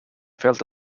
felt